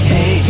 Hey